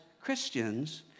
Christians